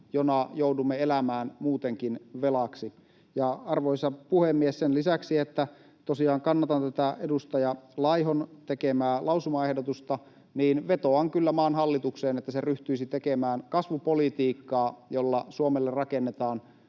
jona joudumme elämään muutenkin velaksi. Arvoisa puhemies! Sen lisäksi, että tosiaan kannatan tätä edustaja Laihon tekemää lausumaehdotusta, vetoan kyllä maan hallitukseen, että se ryhtyisi tekemään kasvupolitiikkaa, jolla Suomelle rakennetaan